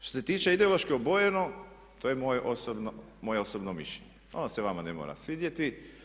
Što se tiče ideološki obojeno to je moje osobno mišljenje, ono se vama ne mora svidjeti.